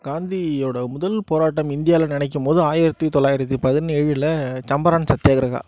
காந்தியோடய முதல் போராட்டம் இந்தியாவில்னு நினைக்கும் போது ஆயிரத்தி தொள்ளாயிரத்தி பதினேழில் சம்பரான் சத்யாகிரகா